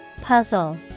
Puzzle